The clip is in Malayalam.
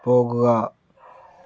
പോകുക